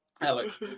Alex